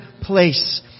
place